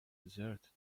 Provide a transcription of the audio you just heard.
desert